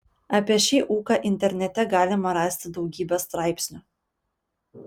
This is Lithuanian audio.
apie šį ūką internete galima rasti daugybę straipsnių